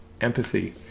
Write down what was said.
empathy